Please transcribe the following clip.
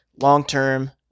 long-term